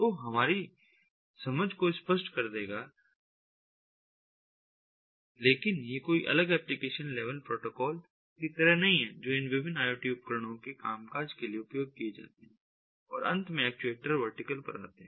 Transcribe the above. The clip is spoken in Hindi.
तो यह हमारी समझ को स्पष्ट कर देगा लेकिन ये कोई अलग एप्लीकेशन लेवल प्रोटोकोल की तरह नहीं हैं जो इन विभिन्न IoT उपकरणों के कामकाज के लिए उपयोग किए जाते हैं और अंत में एक्चुएटर वर्टिकल पर आते हैं